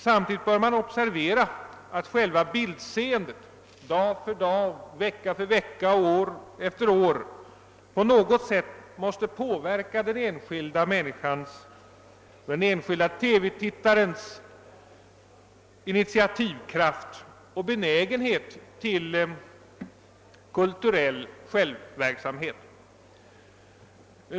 Samtidigt bör man observera att själva bildseendet dag för dag, vecka för vecka och år efter år på något sätt måste påverka den enskilda TV-tittarens initiativkraft och benägenhet till kulturell självverksamhet.